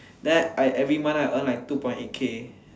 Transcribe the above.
then I every month I earn like two point eight K